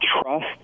trust